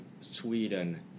Sweden